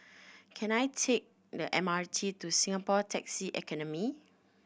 can I take the M R T to Singapore Taxi Academy